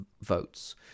votes